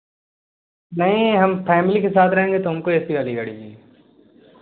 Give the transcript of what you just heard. नहीं हम फैमिली के साथ रहेंगे तो हमको ए सी वाली गाड़ी चाहिए